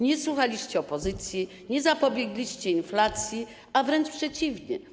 Nie słuchaliście opozycji, nie zapobiegliście inflacji, a wręcz przeciwnie.